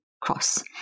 cross